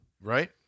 Right